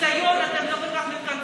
מניסיון, אתם לא כל כך מתאמצים.